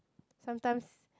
sometimes